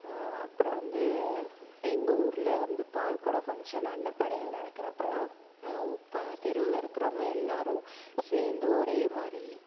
அப்புறோம் வந்து எங்கள் ஊர்ல வந்து பால்கொடம் ஃபங்க்ஷன் அன்னப்படையல் நடக்கிறப்பெல்லாம் உ பா தெருவில் இருக்கிறவுங்க எல்லாரும் சேர்ந்து ஒரே மாதிரி